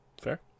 Fair